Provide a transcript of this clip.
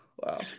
Wow